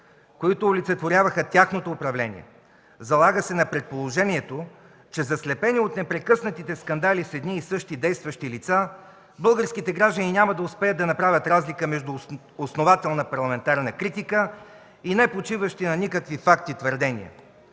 които олицетворяваха тяхното управление. Залага се на предположението, че заслепени от непрекъснатите скандали с едни и същи действащи лица, българските граждани няма да успеят да направят разлика между основателна парламентарна критика и непочиващи на никакви факти твърдения.